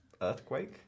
earthquake